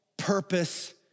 purpose